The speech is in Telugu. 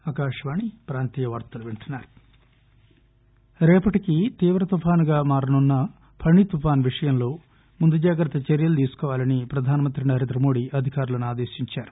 ఫణి రేపటికి తీవ్ర తుఫాను కానున్న ఫణి తుఫాను విషయంలో ముందు జాగ్రత్త చర్యలు చేపట్టాలని ప్రధానమంత్రి నరేంద్రమోదీ అధికారులను ఆదేశించారు